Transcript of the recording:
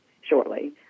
shortly